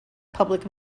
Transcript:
public